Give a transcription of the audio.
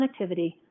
connectivity